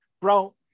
bro